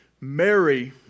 Mary